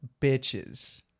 bitches